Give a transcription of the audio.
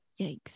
Yikes